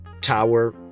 Tower